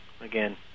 again